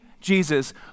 Jesus